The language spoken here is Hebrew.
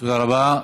תודה רבה.